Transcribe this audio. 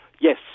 Yes